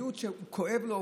מיעוט שכואב לו,